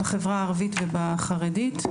בחברה הערבית ובחברה החרדית.